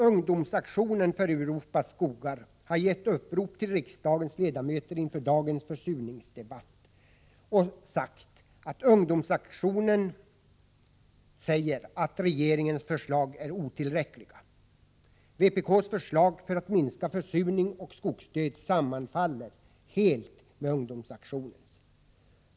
Ungdomsaktionen för Europas skogar har i ett upprop till riksdagens ledamöter inför dagens försurningsdebatt sagt att regeringens förslag är otillräckliga. Vpk:s förslag för att minska försurning och skogsdöd sammanfaller helt med ungdomsaktionens.